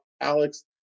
Alex